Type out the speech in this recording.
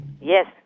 Yes